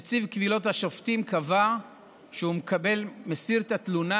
נציב קבילות השופטים קבע שהוא מסיר את התלונה